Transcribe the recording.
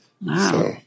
Wow